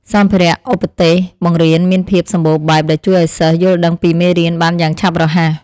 សម្ភារៈឧបទេសបង្រៀនមានភាពសម្បូរបែបដែលជួយឱ្យសិស្សយល់ដឹងពីមេរៀនបានយ៉ាងឆាប់រហ័ស។